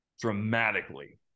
dramatically